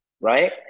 right